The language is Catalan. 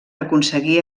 aconseguir